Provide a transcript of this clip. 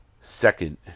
Second